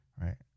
right